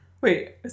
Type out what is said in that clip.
Wait